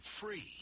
free